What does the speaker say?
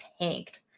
tanked